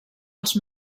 els